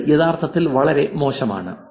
ഇത് യഥാർത്ഥത്തിൽ വളരെ മോശമാണ്